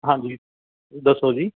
ਹਾਂਜੀ ਦੱਸੋ ਜੀ